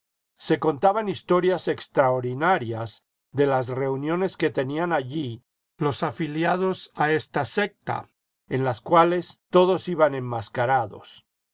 se contaban historias extraordinarias de las reuniones que tenían allí los afiliados a esta secta en las cuales lodos iban enmascarados